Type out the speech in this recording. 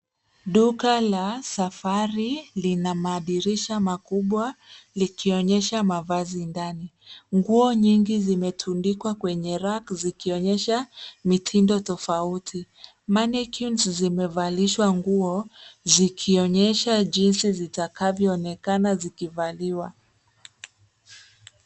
Duka la Safari lina madirisha makubwa likionyesha mavazi ndani. Nguo nyingi zimetundikwa kwenye rack zikionyesha mitindo tofauti. Mannequins zimevalishwa nguo zikionyesha jinsi zitakavyoonekana zikivaliwa.